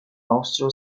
austro